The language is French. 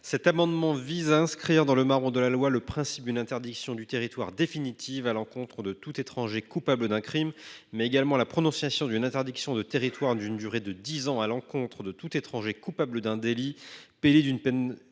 Cet amendement vise à inscrire dans le marbre de la loi le principe d’une interdiction du territoire définitive à l’encontre de tout étranger coupable d’un crime, mais également celui d’une interdiction de territoire d’une durée de dix ans à l’encontre de tout étranger coupable d’un délit puni d’une peine